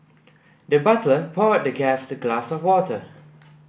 the butler poured the guest a glass of water